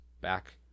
back